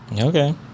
Okay